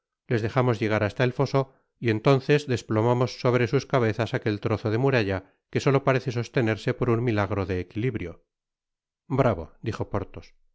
ies dejamos llegar hasta el foso y entonces desplomamos sobre sus cabezas aquel trozo de muralla que solo parece sostenerse por un milagro de equilibrio bravo dijo porthos